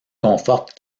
conforte